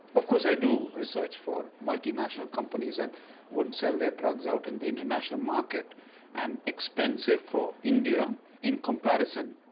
of course i do research for multi-national companies and would sell their drugs out in the international market and it's expensive for india in comparison.